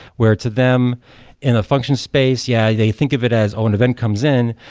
where to them in a function space yeah, they think of it as oh, an event comes in,